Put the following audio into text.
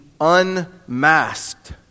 unmasked